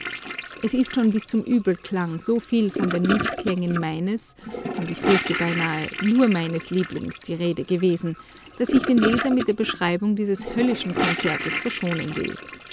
es ist schon bis zum übelklang so viel von den mißklängen meines und ich fürchte beinahe nur meines lieblings die rede gewesen daß ich den leser mit der beschreibung dieses höllischen konzertes verschonen will